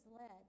led